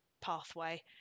pathway